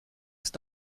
ist